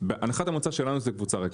הנחת המוצא שלנו זה קבוצה ריקה,